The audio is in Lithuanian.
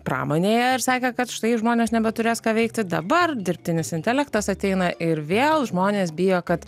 pramonėje ir sakė kad štai žmonės nebeturės ką veikti dabar dirbtinis intelektas ateina ir vėl žmonės bijo kad